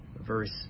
verse